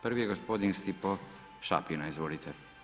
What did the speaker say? Prvi je gospodin Stipo Šapina, izvolite.